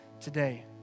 today